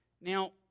Now